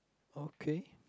okay